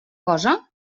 cosa